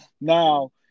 Now